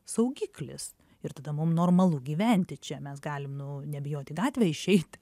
saugiklis ir tada mum normalu gyventi čia mes galim nu nebijot į gatvę išeit